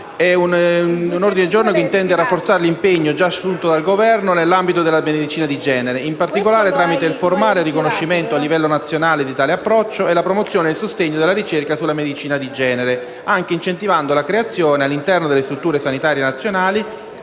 L'ordine del giorno G1.101 intende rafforzare l'impegno, già assunto dal Governo, nell'ambito della medicina di genere, in particolare attraverso il formale riconoscimento a livello nazionale di tale approccio e il sostegno alla ricerca sulla medicina di genere, anche incentivando la creazione, all'interno delle strutture sanitarie nazionali,